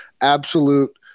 absolute